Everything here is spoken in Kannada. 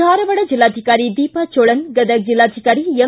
ಧಾರವಾಡ ಜಿಲ್ಲಾಧಿಕಾರಿ ದೀಪಾ ಚೋಳನ್ ಗದಗ್ ಜಿಲ್ಲಾಧಿಕಾರಿ ಎಂ